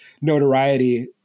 notoriety